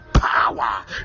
Power